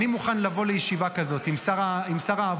אני מוכן לבוא לישיבה כזאת עם שר העבודה,